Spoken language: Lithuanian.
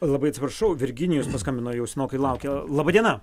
labai atsiprašau virginijus paskambino jau senokai laukia laba diena